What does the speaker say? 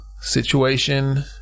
situation